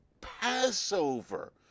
Passover